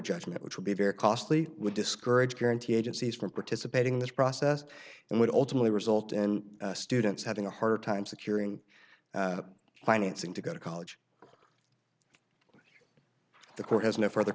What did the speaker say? judgment which would be very costly would discourage guaranty agencies from participating in this process and would ultimately result in students having a harder time securing financing to go to college the court has no further